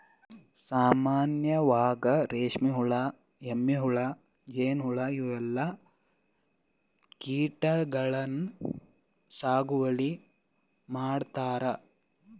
ಸಾಮಾನ್ಯವಾಗ್ ರೇಶ್ಮಿ ಹುಳಾ, ಎಮ್ಮಿ ಹುಳಾ, ಜೇನ್ಹುಳಾ ಇವೆಲ್ಲಾ ಕೀಟಗಳನ್ನ್ ಸಾಗುವಳಿ ಮಾಡ್ತಾರಾ